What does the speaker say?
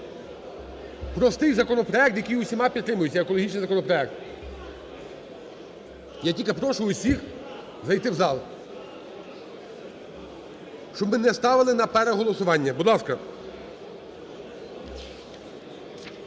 Простий законопроект, який усіма підтримується, екологічний законопроект. Я тільки прошу всіх зайти у зал, щоб ми не ставили на переголосування. Будь